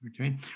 Okay